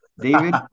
david